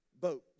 boat